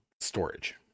storage